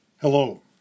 Hello